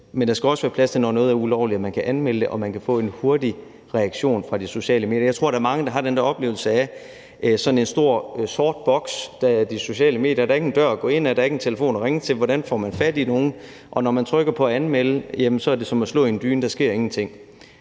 Men der skal også være plads til, når noget er ulovligt, at man kan anmelde det, og at man kan få en hurtig reaktion fra de sociale medier. Jeg tror, der er mange, der har den der oplevelse af sådan en stor, sort boks, der er de sociale medier – der er ikke en dør at gå ind ad; der er ikke en telefon at ringe til; hvordan får man fat i nogen? Og når man trykker på anmeld, jamen så er det som at slå i en dyne – der sker ingenting.